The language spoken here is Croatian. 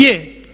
Je.